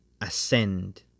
ascend